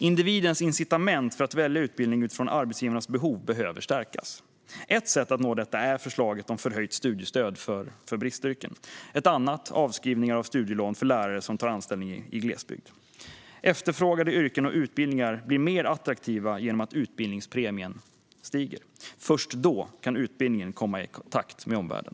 Individens incitament för att välja utbildning utifrån arbetsgivarnas behov behöver stärkas. Ett sätt är förslaget om förhöjt studiestöd för bristyrken, ett annat är avskrivningar av studielån för lärare som tar anställning i glesbygd. Efterfrågade yrken och utbildningar blir mer attraktiva genom att utbildningspremien stiger. Först då kan utbildningen komma i takt med omvärlden.